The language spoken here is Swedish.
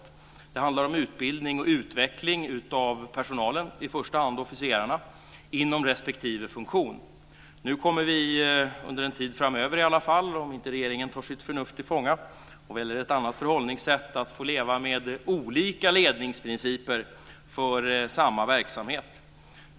Det handlar om utbildning och utveckling av personalen, i första hand officerarna, inom respektive funktion. I varje fall under en tid framöver kommer vi, om inte regeringen tar sitt förnuft till fånga och väljer ett annat förhållningssätt, att få leva med olika ledningsprinciper för samma verksamhet.